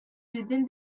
within